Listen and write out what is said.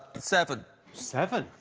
seven seven.